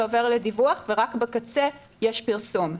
זה עובר לדיווח ורק בקצה יש פרסום.